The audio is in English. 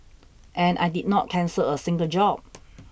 and I did not cancel a single job